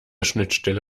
schnittstelle